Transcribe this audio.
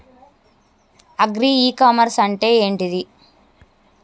Agri e commerce అంటే ఏంటిది?